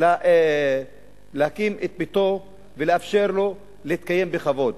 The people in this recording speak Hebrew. להקים את ביתו ולאפשרות להתקיים בכבוד.